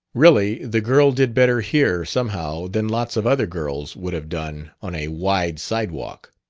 really, the girl did better here, somehow, than lots of other girls would have done on a wide sidewalk.